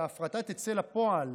כשההפרטה תצא לפועל